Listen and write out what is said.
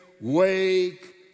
wake